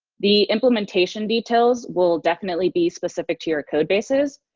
the implementation details will definitely be specific to your codebases,